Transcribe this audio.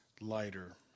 lighter